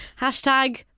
Hashtag